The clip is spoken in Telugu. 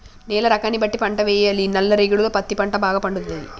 నేల రకాన్ని బట్టి పంట వేయాలి నల్ల రేగడిలో పత్తి పంట భాగ పండుతది